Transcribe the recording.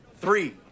three